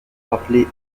rappeler